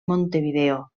montevideo